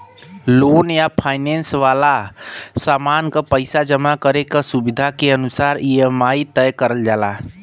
loan या finance वाला सामान क पइसा जमा करे क सुविधा के अनुसार ई.एम.आई तय करल जाला